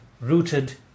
rooted